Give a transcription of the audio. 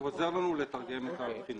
הוא עוזר לנו לתרגם את הבחינות.